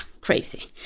crazy